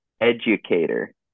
educator